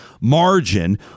margin